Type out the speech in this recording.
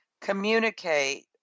communicate